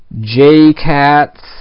J-Cats